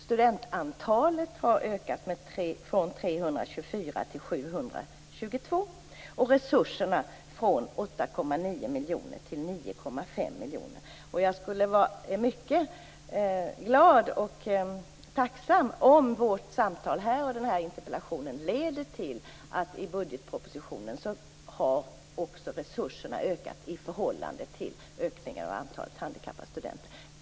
Studentantalet har ökat från 324 till 722 och resurserna från 8,9 miljoner till 9,5 miljoner. Jag skulle bli mycket glad och tacksam om interpellationen och vårt samtal här leder till att resurserna i budgetpropositionen ökar i förhållande till ökningen av antalet handikappade studenter.